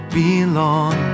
belong